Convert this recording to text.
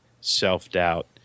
self-doubt